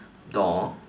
door